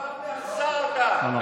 לא